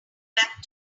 back